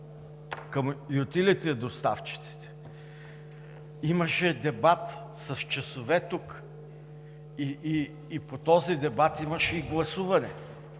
към ютилити доставчиците. Имаше дебат с часове тук и по този дебат имаше и гласуване.